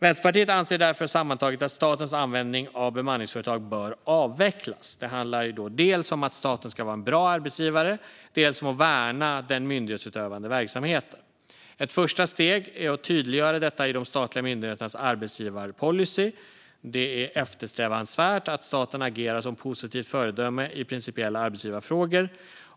Vänsterpartiet anser därför sammantaget att statens användning av bemanningsföretag bör avvecklas. Det handlar dels om att staten ska vara en bra arbetsgivare, dels om att värna den myndighetsutövande verksamheten. Ett första steg är att tydliggöra detta i de statliga myndigheternas arbetsgivarpolicy. Det är eftersträvansvärt att staten agerar som positivt föredöme i principiella arbetsgivarfrågor.